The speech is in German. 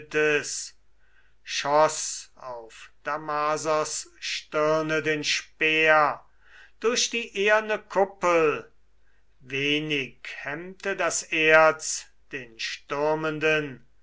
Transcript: auf damasos stirne den speer durch die eherne kuppel wenig hemmte das erz den stürmenden